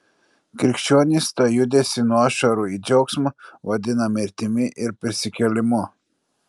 krikščionys tą judesį nuo ašarų į džiaugsmą vadina mirtimi ir prisikėlimu